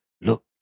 Look